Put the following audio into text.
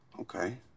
okay